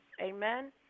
amen